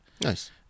Nice